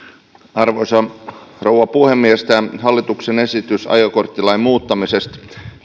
arvoisa rouva puhemies hallituksen esitys ajokorttilain muuttamisesta